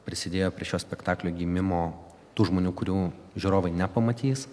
prisidėjo prie šio spektaklio gimimo tų žmonių kurių žiūrovai nepamatys